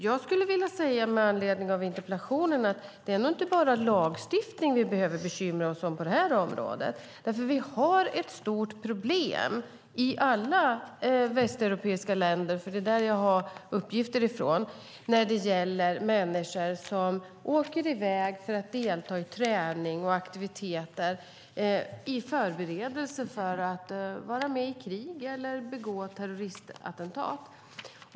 Jag skulle med anledning av interpellationen vilja säga att det nog inte bara är lagstiftningen som vi behöver bekymra oss över på detta område därför att vi har ett stort problem i alla västeuropeiska länder - det är det som jag har uppgifter från - när det gäller människor som åker i väg för att delta i träning och aktiviteter för förberedelser för att vara med i krig eller för att begå terroristattentat.